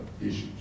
issues